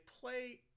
play